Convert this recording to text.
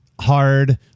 hard